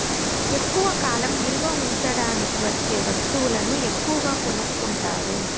ఎక్కువ కాలం నిల్వ ఉంచడానికి వచ్చే వస్తువులను ఎక్కువగా కొనుక్కుంటారు